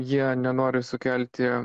jie nenori sukelti